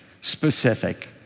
Specific